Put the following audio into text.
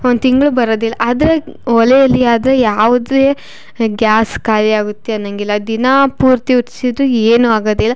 ಒಂದು ತಿಂಗ್ಳು ಬರೋದಿಲ್ಲ ಆದರೆ ಒಲೆಯಲ್ಲಿ ಆದರೆ ಯಾವುದೇ ಗ್ಯಾಸ್ ಖಾಲಿಯಾಗುತ್ತೆ ಅನ್ನಂಗಿಲ್ಲ ದಿನಪೂರ್ತಿ ಉರಿಸಿದರೂ ಏನೂ ಆಗೋದಿಲ್ಲ